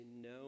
no